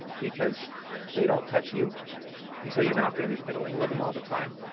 because they don't touch you and so you're not going to be fiddling with them all the time.